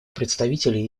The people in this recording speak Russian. представителей